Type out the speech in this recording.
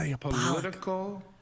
political